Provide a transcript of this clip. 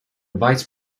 vice